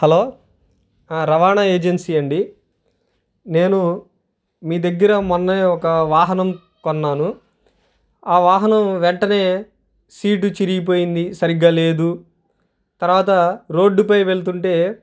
hello రవాణా agency అండి నేను మీ దగ్గర మొన్న ఒక వాహనం కొన్నాను ఆ వాహనం వెంటనే సీటు చిరిగిపోయింది సరిగ్గా లేదు తర్వాత రోడ్డుపై వెళ్తుంటే